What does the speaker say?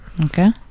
Okay